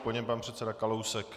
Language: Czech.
Po něm pan předseda Kalousek.